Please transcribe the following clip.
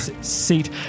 seat